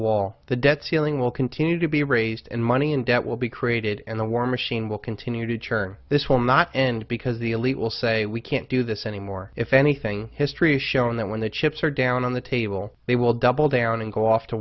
wall the debt ceiling will continue to be raised and money and debt will be created and the war machine will continue to churn this will not end because the elite will say we can't do this anymore if anything history has shown that when the chips are down on the table they will double down and go off to